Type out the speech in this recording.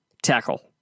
Tackle